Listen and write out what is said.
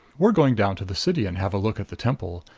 we're going down to the city and have a look at the temple.